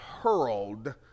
hurled